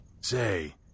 Say